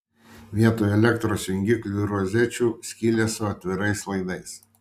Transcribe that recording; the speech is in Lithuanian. vietoj elektros jungiklių ir rozečių skylės su atvirais laidais